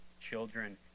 children